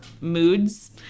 moods